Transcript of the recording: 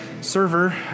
server